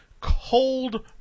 Cold